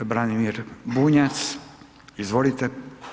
g. Branimir Bunjac, izvolite.